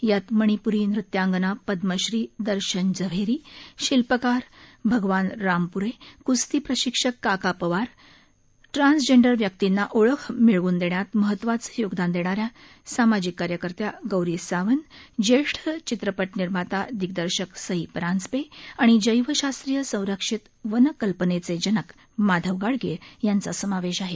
त्यात मणिप्री नृत्यांगना पदमश्री दर्शन जव्हेरी शिल्पकार भगवान रामप्रे क्स्ती प्रशिक्षक काका पवार ट्रान्सजेंडर व्यक्तींना ओळख मिळवून देण्यात महत्वाचं योगदान देणाऱ्या सामाजिक कार्यकर्त्या गौरी सावंत ज्येष्ठ चित्रपट निर्माता दिग्दर्शक सई परांजपे आणि जैवशास्त्रीय संरक्षित वन कल्पनेचे जनक माधव गाडगीळ यांचा समावेश आहे